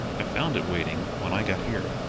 i found it waiting when i got here.